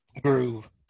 groove